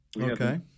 Okay